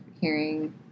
hearing